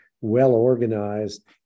well-organized